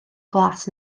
glas